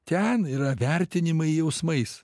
ten yra vertinimai jausmais